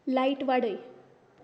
light वाडय